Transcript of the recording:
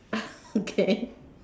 okay